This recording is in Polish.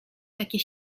takie